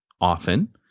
often